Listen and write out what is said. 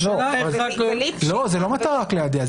זה לא רק ליידע.